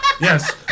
Yes